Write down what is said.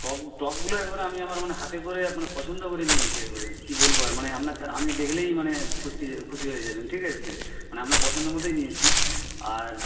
top টপগুলো একেবারে আমি আমার মানে হাতে করে মানে পছন্দ করে নিয়েছি একবারে কী বলবো আর মানে আপনার আপনি দেখলেই মানে খুশি খুশি হয়ে যাবেন ঠিক আছে মানে আপনার পছন্দ মতোই নিয়েছি আর